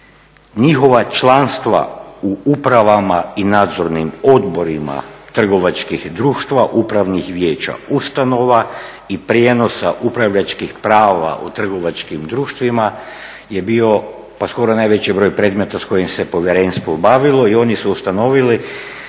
njihova članstva u upravama i nadzornim odborima trgovačkih društva, upravnih vijeća, ustanova i prijenosa upravljačkih prava u trgovačkim društvima je bio pa skoro najveći broj predmeta s kojim se povjerenstvo bavilo. I oni su ustanovili